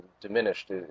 diminished